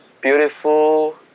Beautiful